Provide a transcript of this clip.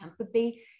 empathy